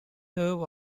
serve